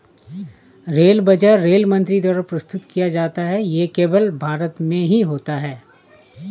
rail budget rail मंत्री द्वारा प्रस्तुत किया जाता है ये केवल भारत में ही होता है